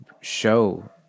show